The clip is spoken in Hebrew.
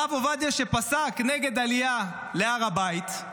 הרב עובדיה, שפסק נגד עלייה להר הבית,